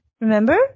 Remember